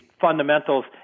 fundamentals